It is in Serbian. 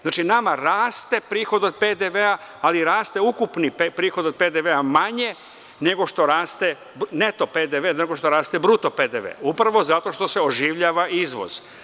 Znači, nama raste prihod od PDV-a, ali raste ukupni prihod od PDV-a manje nego što raste neto PDV, nego što raste bruto PDV, upravo zato što se oživljava izvoz.